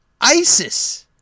ISIS